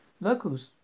Locals